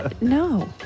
No